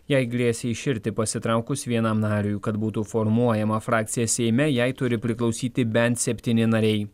jai grėsė iširti pasitraukus vienam nariui kad būtų formuojama frakcija seime jai turi priklausyti bent septyni nariai